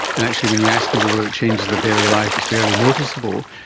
and actually when you ask people whether it changes their daily life, it's barely noticeable.